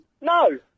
No